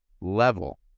level